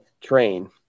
train